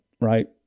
right